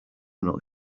not